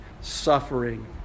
suffering